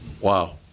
Wow